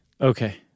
Okay